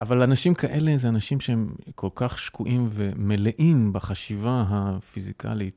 אבל אנשים כאלה זה אנשים שהם כל כך שקועים ומלאים בחשיבה הפיזיקלית.